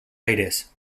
aires